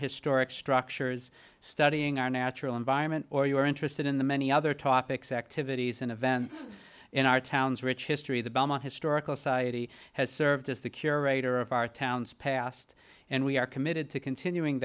historic structures studying our natural environment or you are interested in the many other topics activities and events in our town's rich history the belmont historical society has served as the curator of our town's past and we are committed to continuing